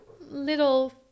little